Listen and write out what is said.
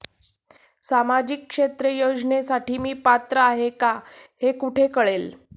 सामाजिक क्षेत्र योजनेसाठी मी पात्र आहे का हे कुठे कळेल?